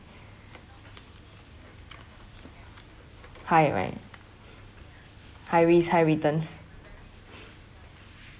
high right high risk high returns